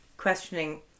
questioning